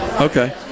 Okay